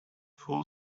full